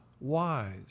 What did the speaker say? wise